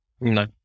No